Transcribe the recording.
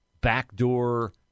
backdoor